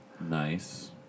Nice